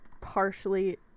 partially